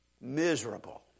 miserable